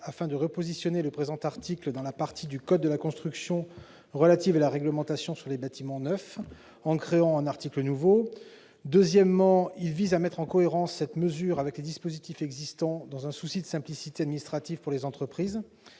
afin de repositionner le présent article dans la partie du code de la construction et de l'habitation relative à la réglementation sur les bâtiments neufs en y créant un article nouveau. Il tend ensuite à mettre en cohérence cette mesure avec les dispositifs existants dans un souci de simplicité administrative pour les entreprises.